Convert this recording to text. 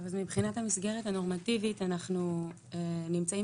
מבחינת המסגרת הנורמטיבית אנחנו נמצאים